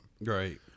Right